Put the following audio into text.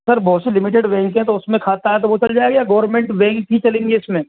sir बहुत से limited bank है तो उसमें खाता है तो वो चल जाएंगे या गवर्मेंट बैंक ही चलेंगे इसमें